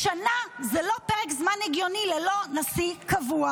שנה זה לא פרק זמן הגיוני ללא נשיא קבוע.